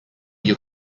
you